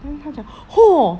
then 他讲 hor